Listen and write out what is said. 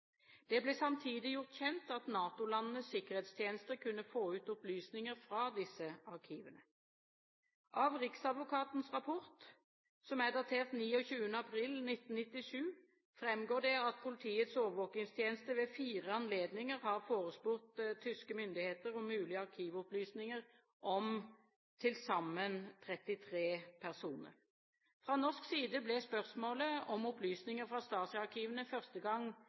Det ble samtidig gjort kjent at Nato-landenes sikkerhetstjenester kunne få ut opplysninger fra disse arkivene. Av riksadvokatens rapport, som er datert 29. april 1997, framgår det at Politiets overvåkingstjeneste ved fire anledninger har forespurt tyske myndigheter om mulige arkivopplysninger om til sammen 33 personer. Fra norsk side ble spørsmålet om opplysninger fra Stasi-arkivene første gang